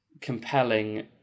compelling